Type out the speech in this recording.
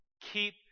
Keep